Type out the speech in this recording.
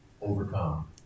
overcome